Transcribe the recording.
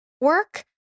work